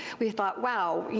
we thought, wow,